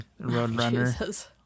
Roadrunner